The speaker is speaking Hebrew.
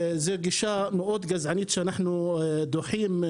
הן גישה מאוד גזענית, שאנחנו דוחים.